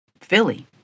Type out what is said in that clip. Philly